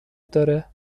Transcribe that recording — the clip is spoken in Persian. داره